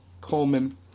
Coleman